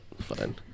Fine